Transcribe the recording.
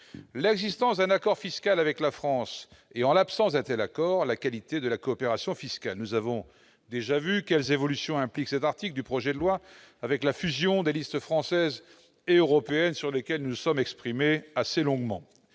l'existence d'un accord fiscal avec la France ou, en l'absence d'un tel accord, la qualité de la coopération fiscale. Nous avons déjà vu quelles évolutions implique cet article du projet de loi, avec la fusion des listes française et européenne. Ainsi, il est prévu de radier les